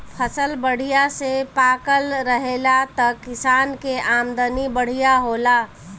फसल बढ़िया से पाकल रहेला त किसान के आमदनी बढ़िया होला